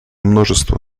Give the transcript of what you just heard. множества